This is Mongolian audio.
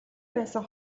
байсан